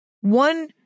One